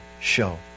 show